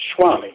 Swami